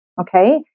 Okay